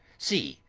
see!